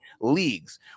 leagues